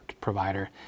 provider